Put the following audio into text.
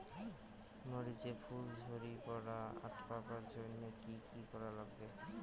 মরিচ এর ফুল ঝড়ি পড়া আটকাবার জইন্যে কি কি করা লাগবে?